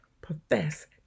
profess